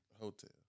Hotel